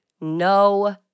no